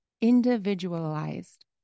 individualized